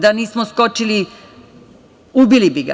Da nismo skočili ubili bi ga.